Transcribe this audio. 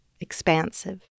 expansive